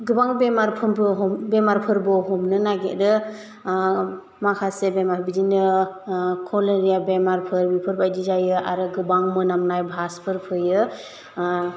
गोबां बेमारफोरबो हम बेमारफोरबो हमनो नागिरो माखासे बेमार बिदिनो कलेरिया बेमारफोर बेफोरबादि जायो आरो गोबां मोनामनाय भासफोरबो फैयो